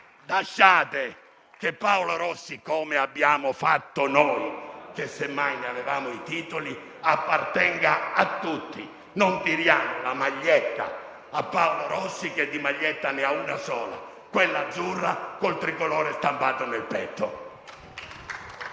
Lasciate che Paolo Rossi, come abbiamo fatto noi, che semmai ne avevamo i titoli, appartenga a tutti. Non tiriamo la maglietta a Paolo Rossi, che di maglietta ne ha una sola: quella azzurra con il tricolore stampato sul petto.